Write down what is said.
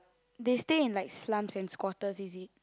they stay in like slums and squatters is it